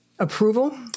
Approval